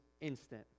instant